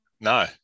No